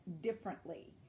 differently